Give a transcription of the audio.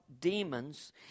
demons